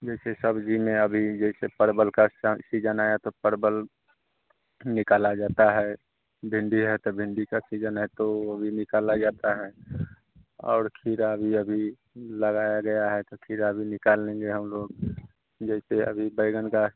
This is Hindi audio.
जैसे सब्ज़ी में अभी जैसे परवल का अच्छा सीजन आया तो परवल निकाला जाता है भिन्डी है तो भिन्डी का सीजन है तो वह भी निकाला जाता है और खीरा भी अभी लगाया गया है तो खीरा भी निकाल लेंगे हम लोग जैसे अभी बैंगन का